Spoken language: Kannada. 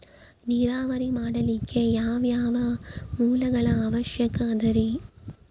ನೇರಾವರಿ ಮಾಡಲಿಕ್ಕೆ ಯಾವ್ಯಾವ ಮೂಲಗಳ ಅವಶ್ಯಕ ಅದರಿ?